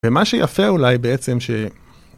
ומה שיפה אולי בעצם ש...